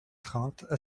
trente